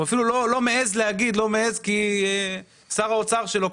הוא אפילו לא מעז להגיד, כי שר האוצר שלו לא מאשר.